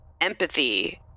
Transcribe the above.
empathy